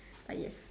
but yes